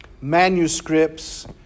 manuscripts